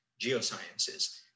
geosciences